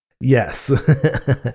yes